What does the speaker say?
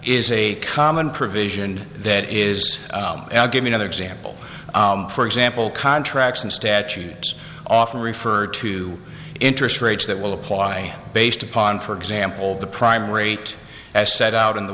is a common provision that is give me another example for example contracts and statutes often refer to interest rates that will apply based upon for example the prime rate as set out in the